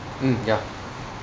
mm ya